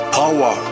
power